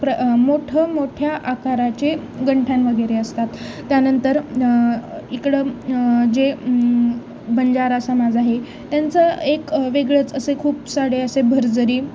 प्र मोठं मोठ्या आकाराचे गंठन वगैरे असतात त्यानंतर इकडं जे बंजारा समाज आहे त्यांचं एक वेगळंच असे खूप सारे असे भरजरी